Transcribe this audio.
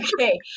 Okay